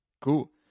Cool